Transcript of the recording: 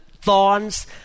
thorns